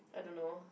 I don't know